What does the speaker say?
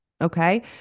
okay